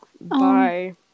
bye